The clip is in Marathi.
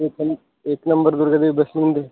एक नंब एक नंबर दुर्गादेवी बसली ना बे